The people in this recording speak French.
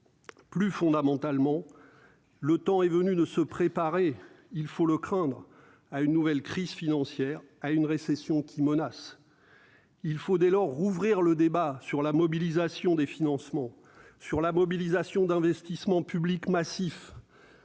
plus fondamentalement, le temps est venu de se préparer, il faut le craindre à une nouvelle crise financière à une récession qui menace, il faut dès lors rouvrir le débat sur la mobilisation des financements sur la mobilisation d'investissements publics massifs